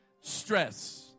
stress